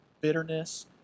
bitterness